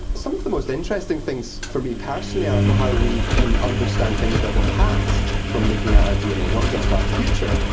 some of the most interesting things for me personally are how we can understand things about the past from looking at our dna, not just our future.